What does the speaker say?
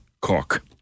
Cork